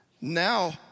now